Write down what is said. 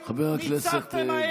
חפוזה,